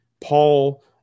Paul